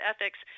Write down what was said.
ethics